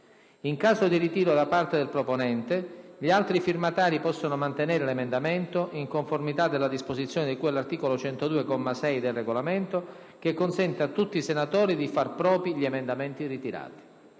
In caso di ritiro da parte del proponente, gli altri firmatari possono mantenere l'emendamento, in conformità della disposizione di cui all'articolo 102, comma 6, del Regolamento, che consente a tutti i senatori di far propri gli emendamenti ritirati».